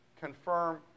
confirm